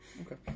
okay